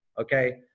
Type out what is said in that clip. okay